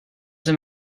him